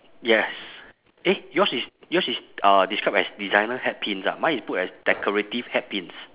yes eh yours is yours is uh described as designer hatpins ah mine is put as decorative hatpins